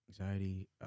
anxiety